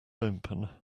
open